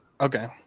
Okay